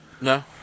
No